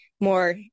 more